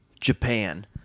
Japan